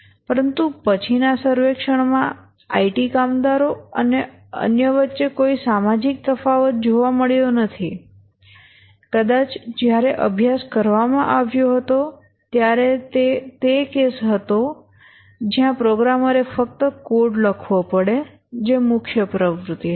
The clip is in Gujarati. પરંતુ પછીના સર્વેક્ષણમાં આઇટી કામદારો અને અન્ય વચ્ચે કોઈ સામાજિક તફાવત જોવા મળ્યો નથી કદાચ જ્યારે અભ્યાસ કરવામાં આવ્યો હતો ત્યારે તે તે કેસ હતો જ્યાં પ્રોગ્રામરે ફક્ત કોડ લખવો પડે જે મુખ્ય પ્રવૃત્તિ હતી